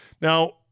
Now